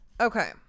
Okay